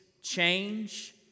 change